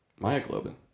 myoglobin